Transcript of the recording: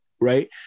right